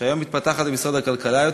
שהיום מתפתחת יותר במשרד הכלכלה,